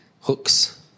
hooks